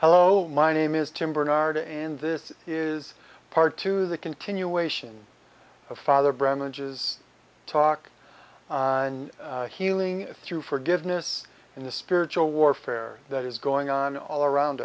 hello my name is tim bernard and this is part two the continuation of father branches talk healing through forgiveness and the spiritual warfare that is going on all around